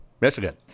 Michigan